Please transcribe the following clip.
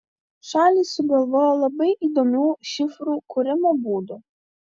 šalys sugalvojo labai įdomių šifrų kūrimo būdų